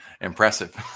Impressive